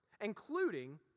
including